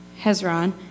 Hezron